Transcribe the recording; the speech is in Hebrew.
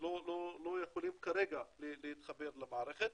שלא יכולים כרגע להתחבר למערכת.